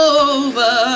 over